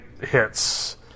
hits